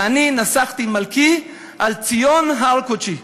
"ואני נסכתי מלכי על ציון הר קדשי",